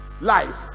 life